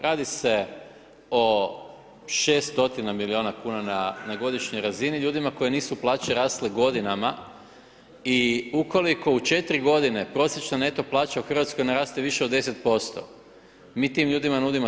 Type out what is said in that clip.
Radi se o 600 milijuna kuna na godišnjoj razini ljudima kojima nisu plaće rasle godinama i ukoliko u 4 g. prosječna neto plaća u Hrvatskoj naraste više od 10%, mi tim ljudima nudimo 3%